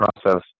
process